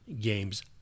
games